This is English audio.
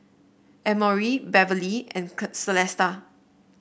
Emory Beverlee and Celesta